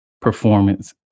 performance